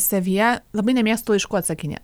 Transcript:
savyje labai nemėgstu laiškų atsakinėt